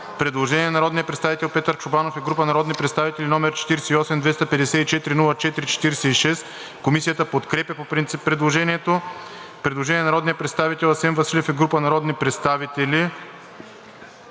Предложение на народния представител Петър Чобанов и група народни представители, № 48-254-04-46. Комисията подкрепя по принцип предложението. Предложение на народния представител Асен Василев и група народни представители.